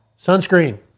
sunscreen